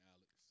Alex